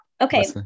Okay